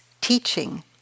teaching